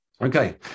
Okay